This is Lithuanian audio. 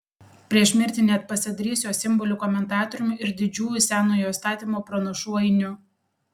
prieš mirtį net pasidarys jos simbolių komentatoriumi ir didžiųjų senojo įstatymo pranašų ainiu